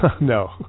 No